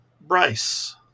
Bryce